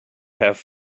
have